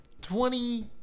Twenty